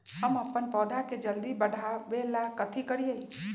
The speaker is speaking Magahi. हम अपन पौधा के जल्दी बाढ़आवेला कथि करिए?